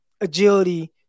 agility